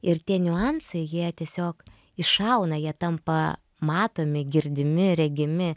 ir tie niuansai jie tiesiog iššauna jie tampa matomi girdimi regimi